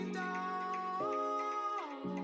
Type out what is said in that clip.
down